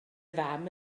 fam